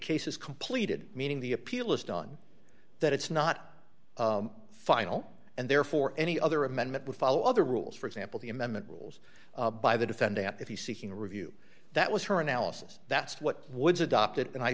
case is completed meaning the appeal is done that it's not final and therefore any other amendment would follow other rules for example the amendment rules by the defendant if he's seeking a review that was her analysis that's what woods adopted and i